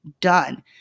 done